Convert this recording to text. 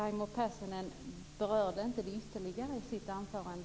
Raimo Pärssinen berörde inte problemet i sitt anförande.